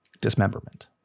Dismemberment